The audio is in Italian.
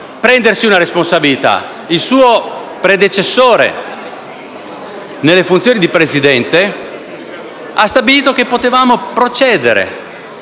assumersi una responsabilità. Il suo predecessore nelle funzioni di Presidente ha stabilito che potevamo procedere